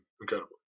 incredible